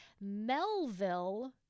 Melville